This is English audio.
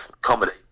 comedy